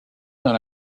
dans